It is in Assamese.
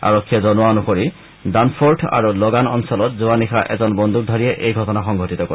আৰক্ষীয়ে জনোৱা অনুসৰি ডানফৰ্থ আৰু লগান অঞ্চলত যোৱা নিশা এজন বন্দুকধাৰীয়ে এই ঘটনা সংঘটিত কৰে